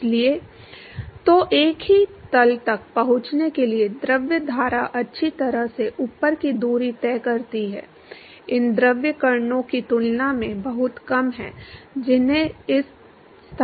इसलिए तो एक ही तल तक पहुँचने के लिए द्रव धारा अच्छी तरह से ऊपर की दूरी तय करती है इन द्रव कणों की तुलना में बहुत कम है जिन्हें इस स्थान तक पहुँचना है